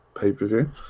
pay-per-view